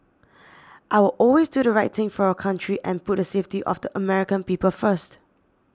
I will always do the right thing for our country and put the safety of the American people first